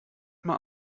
mal